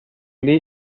lee